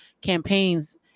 campaigns